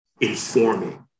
informing